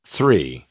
Three